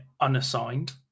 unassigned